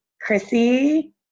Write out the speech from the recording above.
Chrissy